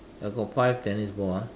I got five tennis ball ah